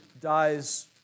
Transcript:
dies